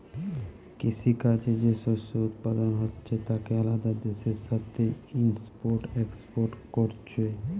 কৃষি কাজে যে শস্য উৎপাদন হচ্ছে তাকে আলাদা দেশের সাথে ইম্পোর্ট এক্সপোর্ট কোরছে